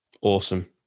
Awesome